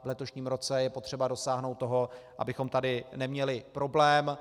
V letošním roce je potřeba dosáhnout toho, abychom tady neměli problém.